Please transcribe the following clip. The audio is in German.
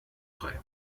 frei